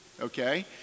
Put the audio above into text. okay